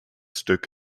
stück